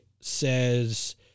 says